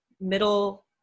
middle